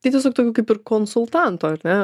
tai tiesiog tokių kaip ir konsultantų ar ne